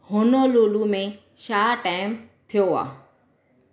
Honolulu में छा time थियो आहे